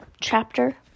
Chapter